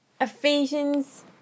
Ephesians